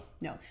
No